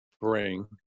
bring